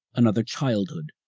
another childhood,